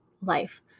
life